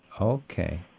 Okay